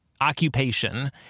occupation—